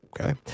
Okay